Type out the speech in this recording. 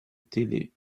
télé